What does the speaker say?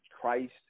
christ